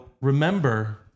remember